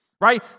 right